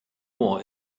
war